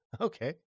Okay